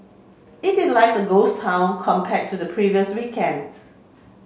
it is like a ghost town compare to the previous weekends